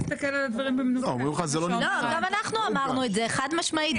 גם אנחנו אמרנו את זה חד משמעית,